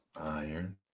Iron